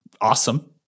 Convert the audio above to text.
awesome